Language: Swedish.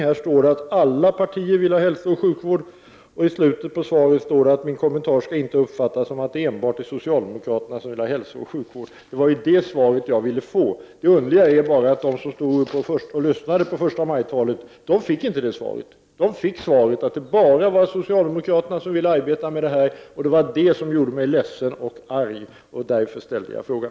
I svaret står det att alla partier vill satsa på hälsooch sjukvård, och vidare heter det: ”Min kommentar skall inte uppfattas som att det enbart är socialdemokraterna som vill ha hälsooch sjukvård ——-.” Det var det svaret som jag ville ha. Det underliga är bara att de som lyssnade på förstamajtalet fick svaret att det bara var socialdemokraterna som ville arbeta med det här. Det var detta som gjorde mig ledsen och arg och det var därför som jag ställde frågan.